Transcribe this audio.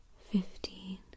fifteen